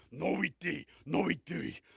no eat d. no eat d.